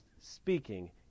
speaking